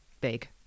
big